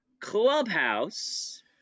Clubhouse